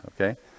okay